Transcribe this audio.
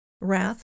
wrath